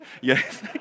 Yes